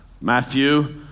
Matthew